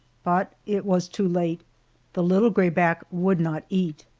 but it was too late the little grayback would not eat.